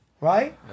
Right